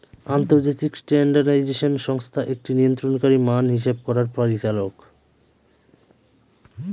আন্তর্জাতিক স্ট্যান্ডার্ডাইজেশন সংস্থা একটি নিয়ন্ত্রণকারী মান হিসাব করার পরিচালক